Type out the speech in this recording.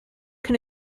can